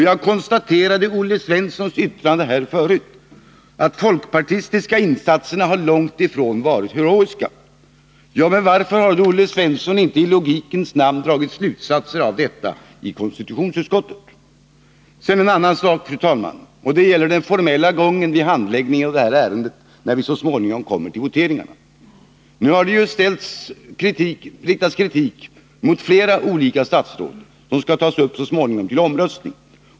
Jag konstaterade att Olle Svensson i sitt anförande menade att de folkpartistiska statsrådens insatser var långt ifrån heroiska. Men varför har då inte Olle Svensson i logikens namn dragit slutsatser av detta i konstitutionsutskottet? Sedan en annan sak, fru talman. Det gäller den formella gången vid handläggningen av detta ärende, när vi så småningom kommer till voteringarna. Nu har det ju riktats kritik mot flera olika statsråd, som så småningom blir föremål för omröstning.